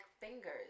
fingers